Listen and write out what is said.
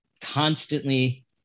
constantly